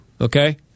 okay